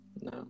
No